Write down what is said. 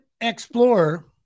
Explorer